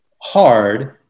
hard